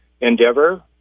endeavor